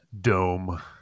dome